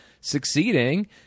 succeeding